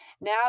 Now